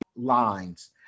lines